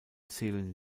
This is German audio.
zählen